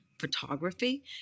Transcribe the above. photography